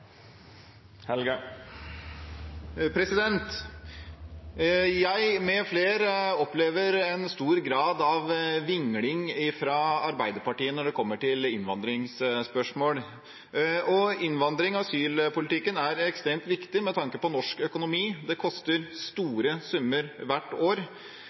Jeg – med flere – opplever en stor grad av vingling fra Arbeiderpartiet når det kommer til innvandringsspørsmål. Innvandrings- og asylpolitikken er ekstremt viktig med tanke på norsk økonomi. Det koster store summer hvert år,